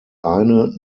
eine